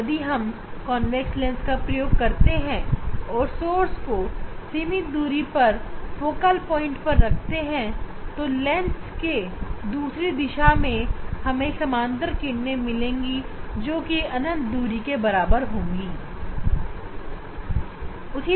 यदि हम convex lens का प्रयोग करते हैं और सोर्स को सीमित दूरी पर मतलब फोकल प्वाइंट पर रखते हैं तो लेंस के दूसरी दिशा में हमें समानांतर किरणें मिलेंगी जो की अनंत दूरी आने वाले प्रकाश के समान होंगे